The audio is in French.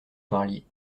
parliez